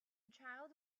child